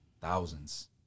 Thousands